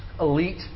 elite